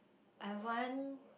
I want